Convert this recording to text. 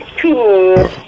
cool